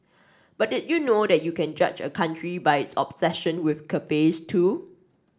but did you know that you can judge a country by its obsession with cafes too